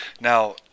Now